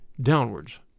downwards